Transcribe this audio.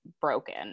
broken